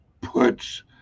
puts